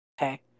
Okay